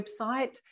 website